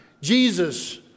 Jesus